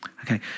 Okay